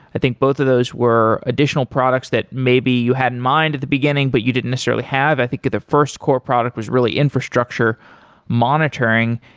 i think both of those were additional products that may be you had in mind at the beginning, but you didn't necessarily have. i think of the first core product was really infrastructure monitoring.